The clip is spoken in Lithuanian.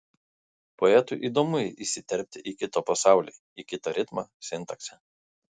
poetui įdomu įsiterpti į kito pasaulį į kitą ritmą sintaksę